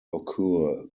occur